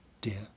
dear